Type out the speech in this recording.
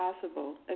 possible